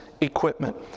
equipment